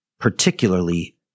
particularly